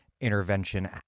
intervention